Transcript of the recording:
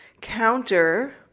counter